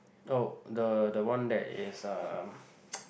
oh the the one that is a